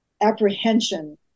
apprehension